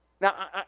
Now